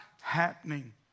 happening